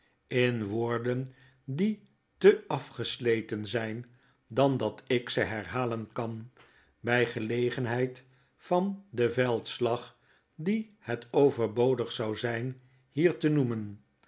in woorden die te afgesleten zqn dan dat ik ze herhalen kan by gelegenheid van den veldslag dien het overbodig zou zijn hier te noemen